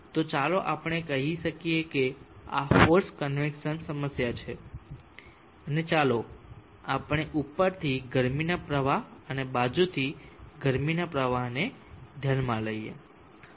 તો ચાલો આપણે કહીએ કે આ ફોર્સ્ડ કન્વેક્સન સમસ્યા છે અને ચાલો આપણે ઉપરથી ગરમીના પ્રવાહ અને બાજુથી ગરમીના પ્રવાહને ધ્યાનમાં લઈએ